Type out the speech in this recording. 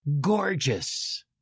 gorgeous